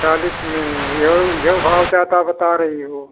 चालीस में है यहो यहो भाव ज़्यादा क्या बता रही हो